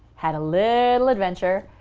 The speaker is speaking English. had a little adventure,